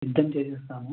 సిద్ధం చేసి ఇస్తాము